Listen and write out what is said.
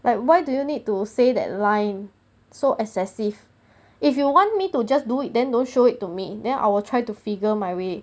like why do you need to say that line so excessive if you want me to just do it then don't show it to me then I will try to figure my way